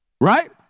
Right